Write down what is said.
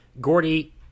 Gordy